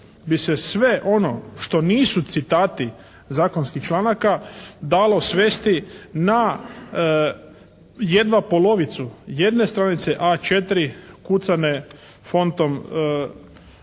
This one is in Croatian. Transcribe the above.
bi se sve ono što nisu citati zakonskih članaka dalo svesti na jedva polovicu jedne stranice A4 kucane fontom